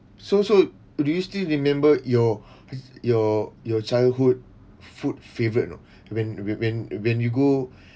so so do you still remember your your your childhood food favorite or not when when when when you go